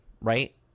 right